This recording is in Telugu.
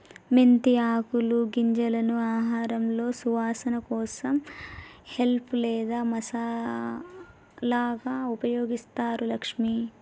మెంతి ఆకులు గింజలను ఆహారంలో సువాసన కోసం హెల్ప్ లేదా మసాలాగా ఉపయోగిస్తారు లక్ష్మి